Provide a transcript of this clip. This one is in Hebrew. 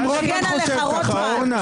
הוא מגן עליך, רוטמן.